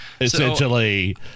essentially